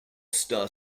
star